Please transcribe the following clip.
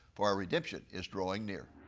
for our redemption is drawing near.